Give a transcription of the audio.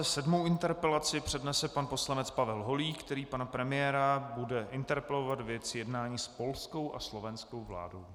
Sedmou interpelaci přednese pan poslanec Pavel Holík, který bude pana premiéra interpelovat ve věci jednání s polskou a slovenskou vládou.